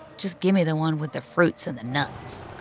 just give me the one with the fruits and the nuts